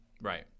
Right